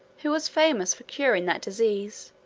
who was famous for curing that disease,